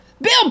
Bill